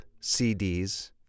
CDs